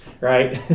right